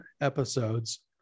episodes